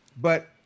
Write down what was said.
but-